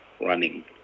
running